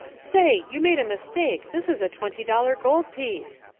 say, you made a mistake, this is a twenty-dollar gold piece.